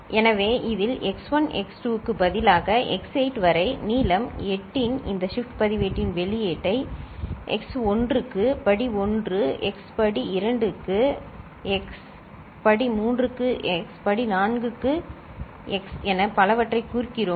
எனவே இதில் x1 x2 க்கு பதிலாக x8 வரை நீளம் 8 இன் இந்த ஷிப்ட் பதிவேட்டின் வெளியீட்டை x 1 க்கு படி1 x படி 2 க்கு x படி 3 க்கு x படி 4 க்கு x என பலவற்றைக் குறிக்கிறோம்